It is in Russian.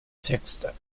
текста